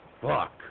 Fuck